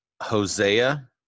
Hosea